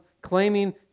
claiming